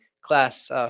class